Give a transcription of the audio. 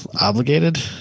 obligated